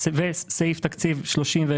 סעיף תקציב 31,